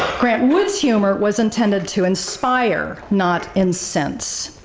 grant wood's humor was intended to inspire, not incense,